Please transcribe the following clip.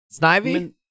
snivy